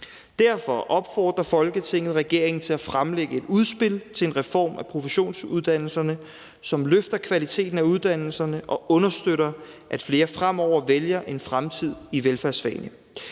Derfor opfordrer Folketinget regeringen til at fremlægge et udspil til en reform af professionsuddannelserne, som løfter kvaliteten af uddannelserne og understøtter, at flere fremover vælger en fremtid i velfærdsfagene.